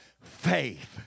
faith